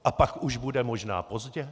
A pak už bude možná pozdě?